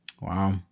Wow